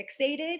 fixated